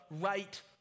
right